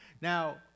Now